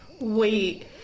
wait